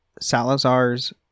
Salazar's